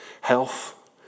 health